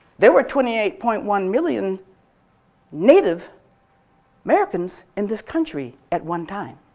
there were twenty eight point one million native americans in this country at one time.